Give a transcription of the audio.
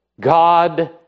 God